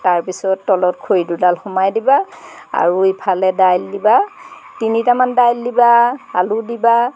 তাৰপিছত তলত খৰি দুডাল সুমুৱাই দিবা আৰু ইফালে দাইল দিবা তিনিটামান দাইল দিবা আলু দিবা